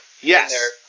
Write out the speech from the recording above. Yes